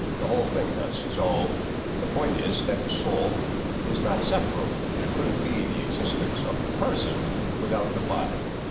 the whole thing does. so the point is that the soul is not separable. there couldn't be the existence of the person without the body.